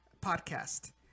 podcast